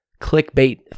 clickbait